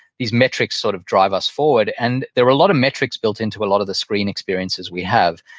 these metrics sort of drive us forward and there are a lot of metrics built into a lot of the screen experiences we have.